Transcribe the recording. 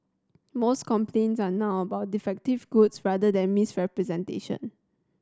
most complaints are now about defective goods rather than misrepresentation